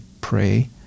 pray